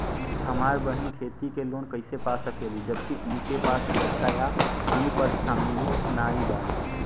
हमार बहिन खेती के लोन कईसे पा सकेली जबकि उनके पास सुरक्षा या अनुपरसांगिक नाई बा?